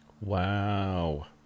Wow